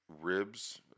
Ribs